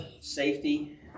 safety